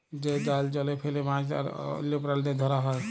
যে জাল জলে ফেলে মাছ আর অল্য প্রালিদের ধরা হ্যয়